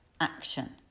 action